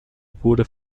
wurde